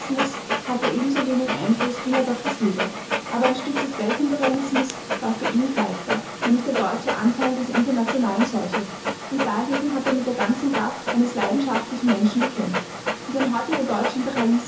hatte er ebensowenig einfluß wie herr dr seber aber ein stück des weltimperialismus war für ihn greifbar nämlich der deutsche anteil dieser internationalen seuche und dagegen hat er mit der ganzen kraft eines leidenschaftlichen menschen gekämpft und wenn heute der